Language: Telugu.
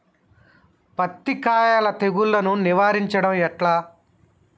పత్తి కాయకు తెగుళ్లను నివారించడం ఎట్లా?